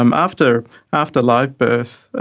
um after after live birth,